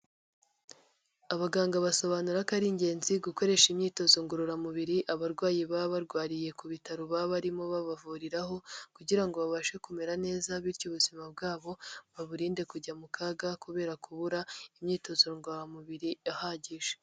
Abaganga basobanura ko ari ingenzi gukoresha imyitozo ngororamubiri abarwayi baba barwariye ku bitaro baba barimo babavuriraho kugira ngo babashe kumera neza bityo ubuzima bwabo, baburinde kujya mu kaga kubera kubura imyitozo ngororamubiri ihagije.